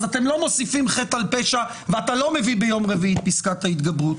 אז אתם לא מוסיפים חטא על פשע ואתה לא מביא ביום רביעי את פסקת התגברות?